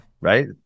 right